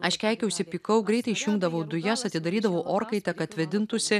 aš keikiausi pykau greitai išjungdavau dujas atidarydavau orkaitę kad vėdintųsi